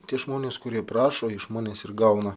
tie žmonės kurie prašo iš manęs ir gauna